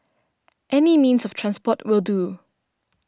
any means of transport will do